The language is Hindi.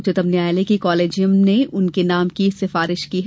उच्चतम न्यायालय के कॉलिजियम ने उनके नाम की सिफारिश की है